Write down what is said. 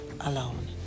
alone